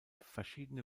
verschiedene